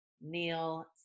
Neil